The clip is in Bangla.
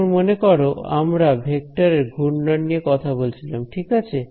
এখন মনে করো আমরা ভেক্টরের ঘূর্ণন নিয়ে কথা বলছিলাম ঠিক আছে